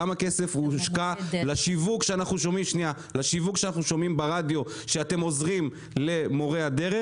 כמה כסף הושקע לשיווק שאנחנו שומעים ברדיו שאתם עוזרים למורי הדרך.